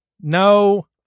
no